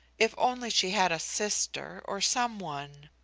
if only she had a sister, or some one!